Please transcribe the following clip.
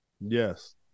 Yes